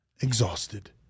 exhausted